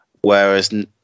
whereas